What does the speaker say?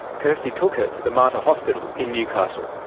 kirstie took her to the mater hospital in newcastle.